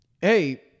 hey